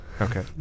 Okay